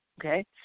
okay